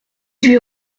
huit